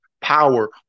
power